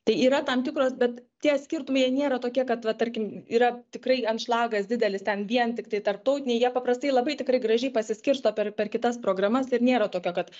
tai yra tam tikros bet tie skirtumai jie nėra tokie kad va tarkim yra tikrai anšlagas didelis ten vien tiktai tarptautiniai jie paprastai labai tikrai gražiai pasiskirsto per per kitas programas ir nėra tokio kad